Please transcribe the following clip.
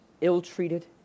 ill-treated